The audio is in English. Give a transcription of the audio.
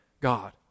God